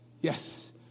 Yes